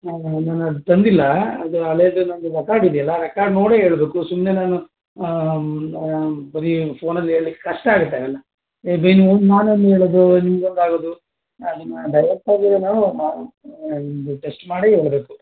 ನಾನದು ತಂದಿಲ್ಲ ಅದು ಹಳೆದು ನಂದು ರೆಕಾರ್ಡಿದೆಯಲ್ಲ ರೆಕಾರ್ಡ್ ನೋಡೇ ಹೇಳ್ಬೇಕು ಸುಮ್ಮನೆ ನಾನು ಬರಿ ಫೋನಲ್ಲಿ ಹೇಳ್ಲಿಕ್ಕೆ ಕಷ್ಟ ಆಗುತ್ತೆ ಅವೆಲ್ಲ ನಾನೊಂದು ಹೇಳೋದು ಇನ್ನೊಂದು ಆಗೋದು ನಿಮ್ಮ ಡೈರೆಕ್ಟಾಗಿ ಏನೋ ಟೆಸ್ಟ್ ಮಾಡೇ ಹೇಳ್ಬೇಕು